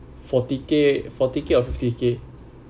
forty K forty K or fifty K